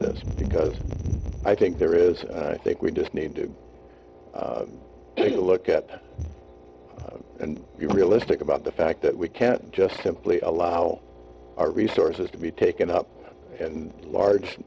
this because i think there is i think we just need to take a look at it and be realistic about the fact that we can't just simply allow our resources to be taken up and large